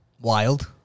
wild